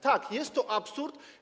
Tak, jest to absurd.